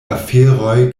aferoj